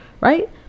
right